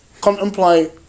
contemplate